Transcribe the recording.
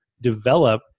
develop